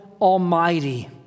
Almighty